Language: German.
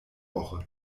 woche